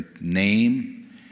name